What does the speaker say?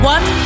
One